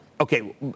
Okay